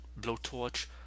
blowtorch